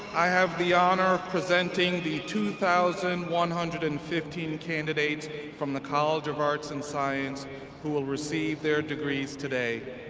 i have the honor of presenting the two thousand one hundred and fifteen candidates from the college of arts and science who will receive their degrees today.